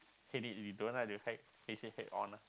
hate it you don't like to face it head on uh